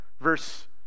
verse